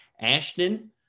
ashton